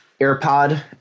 AirPod